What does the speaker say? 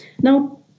Now